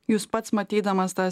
jūs pats matydamas tą